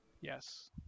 Yes